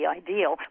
ideal